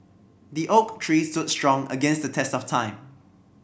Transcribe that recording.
the oak tree stood strong against the test of time